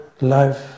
life